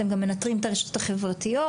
אתם גם מנטרים את הרשתות החברתיות,